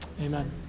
Amen